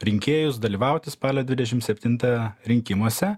rinkėjus dalyvauti spalio dvidešim septintą rinkimuose